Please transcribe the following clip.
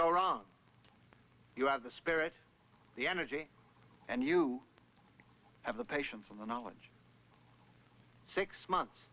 go wrong you have the spirit the energy and you have the patience and the knowledge six months